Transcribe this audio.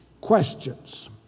questions